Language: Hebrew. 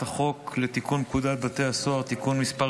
חוק לתיקון פקודת בתי הסוהר (תיקון מס'